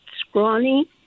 scrawny